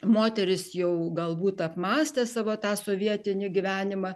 moterys jau galbūt apmąstė savo tą sovietinį gyvenimą